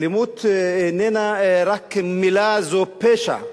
אלימות איננה רק מלה, זה פשע.